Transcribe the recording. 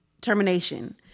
termination